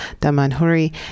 Damanhuri